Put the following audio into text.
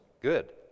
Good